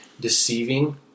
deceiving